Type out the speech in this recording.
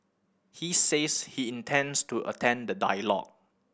he says he intends to attend the dialogue